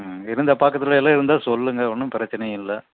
ம் இருந்தால் பக்கத்துலேயெல்லாம் இருந்தால் சொல்லுங்க ஒன்றும் பிரச்சினை இல்லை